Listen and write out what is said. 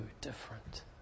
different